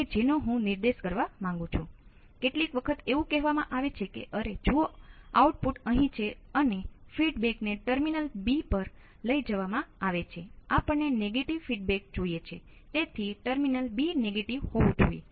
તેથી વિદ્યુત પ્રવાહ પુરવઠા ટર્મિનલ્સ છે જેનો આપણે ઉપયોગ કરી શકીએ અને જેની ચર્ચા હું હવે કરીશ